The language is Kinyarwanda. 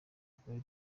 twari